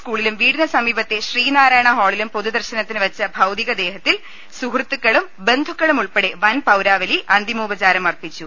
സ്കൂളിലും വീടിന് സമീപത്തെ ശ്രീനാരായണ ഹാളിലും പൊതുദർശനത്തിന് വച്ച ഭൌതികദേഹത്തിൽ സുഹൃത്തുക്കളും ബന്ധുക്കളും ഉൾപ്പടെ വൻപൌരാവലി അന്തിമോപചാരം അർപ്പിച്ചു